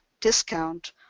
discount